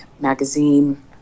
magazine